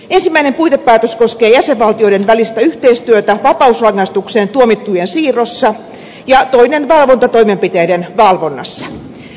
ensimmäinen puitepäätös koskee jäsenvaltioiden välistä yhteistyötä vapausrangaistukseen tuomittujen siirrossa ja toinen valvontatoimenpiteiden valvonnassa